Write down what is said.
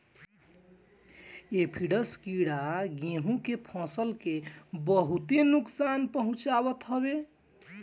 aphids कीड़ा गेंहू के फसल के बहुते नुकसान पहुंचावत हवे